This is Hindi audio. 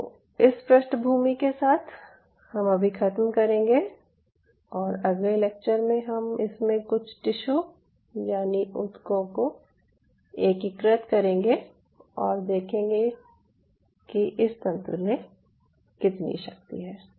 तो इस पृष्ठभूमि के साथ हम अभी ख़त्म करेंगे और अगले लेक्चर में हम इसमें कुछ टिश्यू यानि ऊतकों को एकीकृत करेंगे और देखेंगे कि इस तंत्र में कितनी शक्ति है